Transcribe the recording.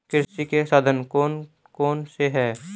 कृषि के साधन कौन कौन से हैं?